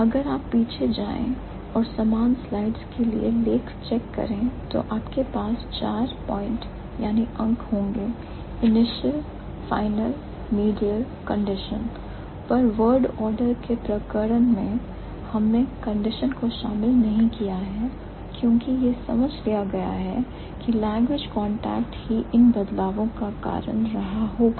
अगर आप पीछे जाएं और सम्मान स्लाइड्स के लिए आर्टिकल्स चेक करें तो आपके पास 4 पॉइंट्स होंगे initial final medial condition पर word order के प्रकरण में हमने कंडीशन को शामिल नहीं किया है क्योंकि यह समझ लिया गया है कि लैंग्वेज कांटेक्ट ही इन बदलावों का कारण रहा होगा